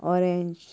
orange